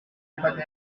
globale